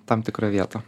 tam tikrą vietą